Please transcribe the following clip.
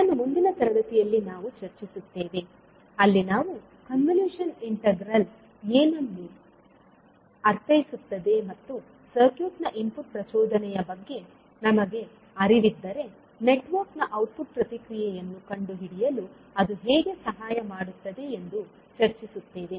ಇದನ್ನು ಮುಂದಿನ ತರಗತಿಯಲ್ಲಿ ನಾವು ಚರ್ಚಿಸುತ್ತೇವೆ ಅಲ್ಲಿ ನಾವು ಕನ್ವಲ್ಯೂಷನ್ ಇಂಟಿಗ್ರಲ್ ಏನನ್ನು ಅರ್ಥೈಸುತ್ತದೆ ಮತ್ತು ಸರ್ಕ್ಯೂಟ್ನ ಇನ್ಪುಟ್ ಪ್ರಚೋದನೆಯ ಬಗ್ಗೆ ನಮಗೆ ಅರಿವಿದ್ದರೆ ನೆಟ್ವರ್ಕ್ ನ ಔಟ್ಪುಟ್ ಪ್ರತಿಕ್ರಿಯೆಯನ್ನು ಕಂಡುಹಿಡಿಯಲು ಅದು ಹೇಗೆ ಸಹಾಯ ಮಾಡುತ್ತದೆ ಎಂದು ಚರ್ಚಿಸುತ್ತೇವೆ